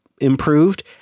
improved